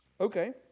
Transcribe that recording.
Okay